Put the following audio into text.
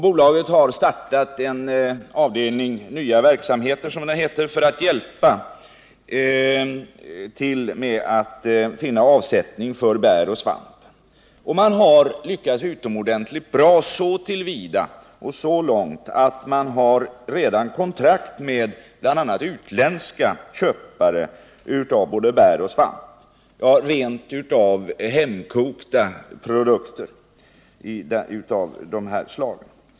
Bolaget har startat en avdelning för nya verksamheter, som det heter, för att hjälpa till med att finna avsättning för bär och svamp. Man har lyckats utomordentligt bra så till vida och så långt att man redan har kontrakt med bl.a. utländska köpare av både bär och svamp, och rent av hemkokta produkter av detta slag.